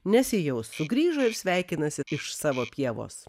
nes ji jau sugrįžo ir sveikinasi iš savo pievos